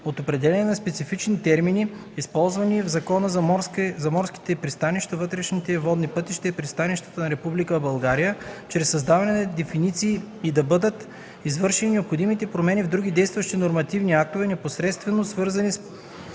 от определения на специфични термини, използвани в Закона за морските пространства, вътрешните водни пътища и пристанищата на Република България, чрез създаване на дефиниции и да бъдат извършени необходимите промени в други действащи нормативни актове, непосредствено свързани с